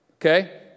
Okay